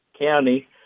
county